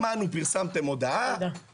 שמענו, פרסתם מודעה, תבואו,